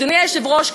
אדוני היושב-ראש,